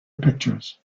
pictures